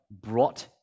brought